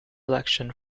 election